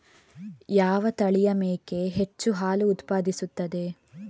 ಯಾವ ತಳಿಯ ಮೇಕೆ ಹೆಚ್ಚು ಹಾಲು ಉತ್ಪಾದಿಸುತ್ತದೆ?